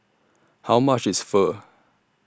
How much IS Pho